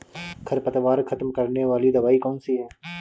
खरपतवार खत्म करने वाली दवाई कौन सी है?